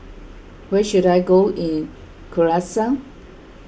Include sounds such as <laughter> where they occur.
where should I go in <unintelligible>